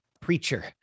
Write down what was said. preacher